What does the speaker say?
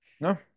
No